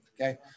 Okay